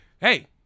Hey